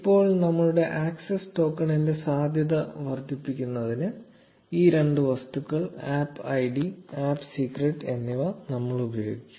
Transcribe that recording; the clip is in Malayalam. ഇപ്പോൾ നമ്മളുടെ ആക്സസ് ടോക്കണിന്റെ സാധുത വർദ്ധിപ്പിക്കുന്നതിന് ഈ രണ്ട് വസ്തുക്കൾ ആപ്പ് ഐഡി ആപ്പ് സീക്രട്ട് എന്നിവ നമ്മൾ ഉപയോഗിക്കും